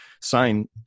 sign